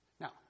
Now